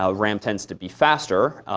ah ram tends to be faster,